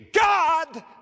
God